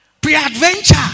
Pre-adventure